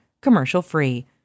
commercial-free